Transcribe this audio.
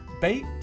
bait